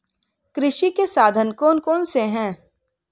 कृषि के साधन कौन कौन से हैं?